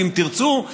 ואם תרצו,